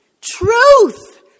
truth